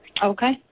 Okay